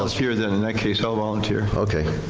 volunteer then in that case, i'll volunteer. okay,